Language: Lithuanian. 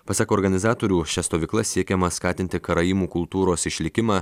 pasak organizatorių šia stovykla siekiama skatinti karaimų kultūros išlikimą